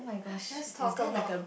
let's talk about